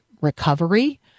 recovery